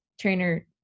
trainer